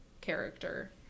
character